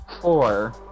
four